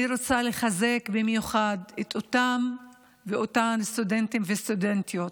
אני רוצה לחזק במיוחד את אותם ואותן סטודנטים וסטודנטיות